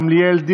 גילה גמליאל,